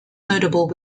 notable